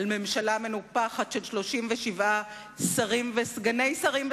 על ממשלה מנופחת של 37 שרים וסגני שרים.